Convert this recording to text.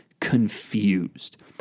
confused